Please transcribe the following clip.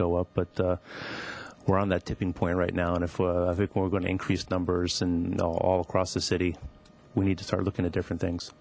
go up but we're on that tipping point right now and if we're going to increase numbers and all across the city we need to start looking at different things